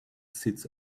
sits